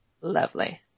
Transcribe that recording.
Lovely